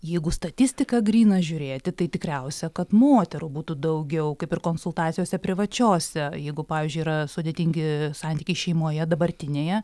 jeigu statistiką gryną žiūrėti tai tikriausia kad moterų būtų daugiau kaip ir konsultacijose privačiose jeigu pavyzdžiui yra sudėtingi santykiai šeimoje dabartinėje